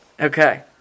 Okay